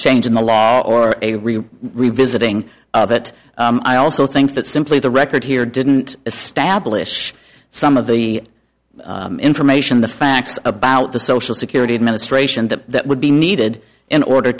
change in the law or a real revisiting of it i also think that simply the record here didn't establish some of the information the facts about the social security administration that would be needed in order